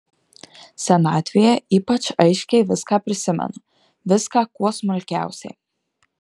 senatvėje ypač aiškiai viską prisimenu viską kuo smulkiausiai